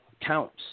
counts